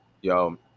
Yo